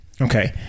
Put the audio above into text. Okay